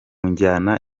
njyana